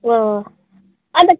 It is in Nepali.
अन्त